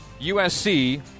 USC